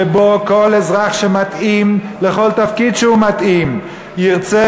שבו כל אזרח שמתאים לכל תפקיד שהוא מתאים לו ירצה,